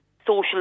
social